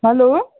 hello